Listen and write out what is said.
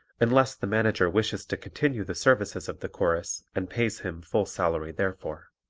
unless the manager wishes to continue the services of the chorus and pays him full salary therefor.